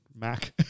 Mac